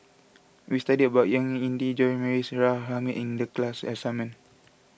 we studied about Ying E Ding John Morrice Hamid in the class assignment